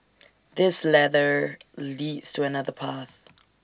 this ladder leads to another path